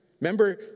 Remember